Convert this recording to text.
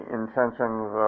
intentions